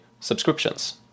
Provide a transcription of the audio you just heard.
subscriptions